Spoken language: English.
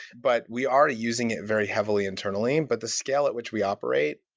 but we are using it very heavily internally, but the scale at which we operate,